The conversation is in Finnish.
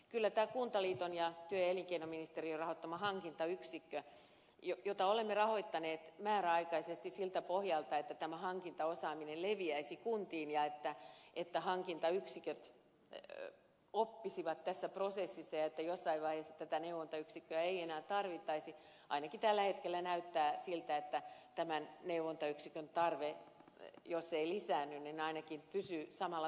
kyllä kuntaliiton ja työ ja elinkeinoministeriön rahoittama hankintayksikön osalta jota olemme rahoittaneet määräaikaisesti siltä pohjalta että hankintaosaaminen leviäisi kuntiin ja että hankintayksiköt oppisivat tässä prosessissa niin että jossain vaiheessa tätä neuvontayksikköä ei enää tarvittaisi ainakin tällä hetkellä näyttää siltä että sen tarve jos ei lisäänny niin ainakin pysyy samalla tasolla